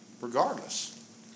regardless